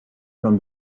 from